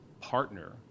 partner